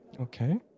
Okay